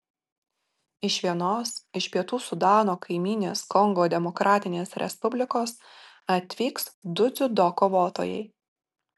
iš vienos iš pietų sudano kaimynės kongo demokratinės respublikos atvyks du dziudo kovotojai